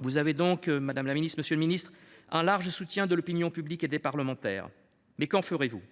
Vous avez donc, madame la ministre, monsieur le ministre, un large soutien de l’opinion publique et des parlementaires. Mais qu’en ferez vous ?